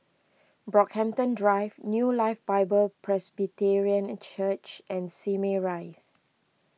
Brockhampton Drive New Life Bible Presbyterian Church and Simei Rise